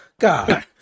god